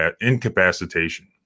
incapacitation